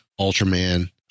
Ultraman